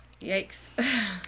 yikes